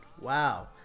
Wow